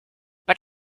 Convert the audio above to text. but